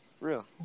real